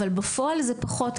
אבל בפועל זה פחות.